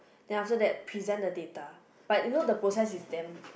then after that present the data but you know the process is damn